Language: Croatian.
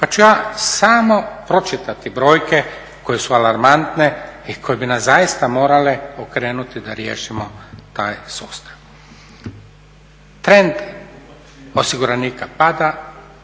Pa ću ja samo pročitati brojke koje su alarmantne i koje bi nas zaista morale okrenuti da riješimo taj sustav. Trend osiguranika pada,